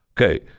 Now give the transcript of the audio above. Okay